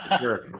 Sure